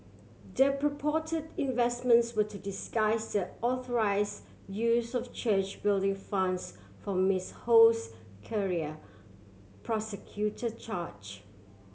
the purported investments were to disguise the unauthorise use of church building funds for Miss Ho's career prosecutor charge